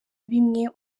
bimwe